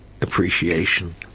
appreciation